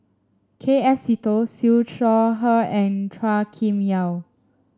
K F Seetoh Siew Shaw Her and Chua Kim Yeow